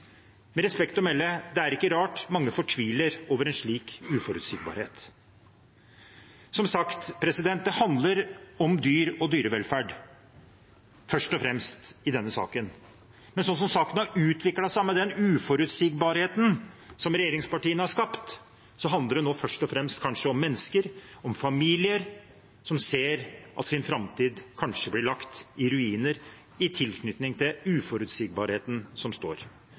Med respekt å melde: Det er ikke rart mange fortviler over en slik uforutsigbarhet. Som sagt handler denne saken først og fremst om dyrevelferd, men slik som saken har utviklet seg, og med den uforutsigbarheten som regjeringspartiene har skapt, handler det nå kanskje først og fremst om mennesker og familier som ser at framtiden deres kanskje blir lagt i ruiner, i forbindelse med uforutsigbarheten som